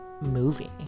movie